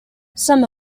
some